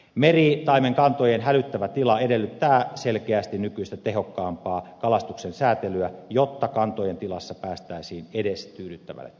meritaimenkantojen hälyttävä tila edellyttää selkeästi nykyistä tehokkaampaa kalastuksen säätelyä jotta kantojen tilassa päästäisiin edes tyydyttävälle tasolle